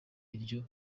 iryo